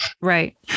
Right